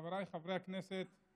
חבריי חברי הכנסת,